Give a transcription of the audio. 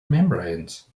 membranes